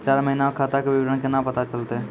चार महिना के खाता के विवरण केना पता चलतै?